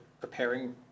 preparing